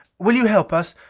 will you help us?